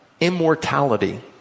immortality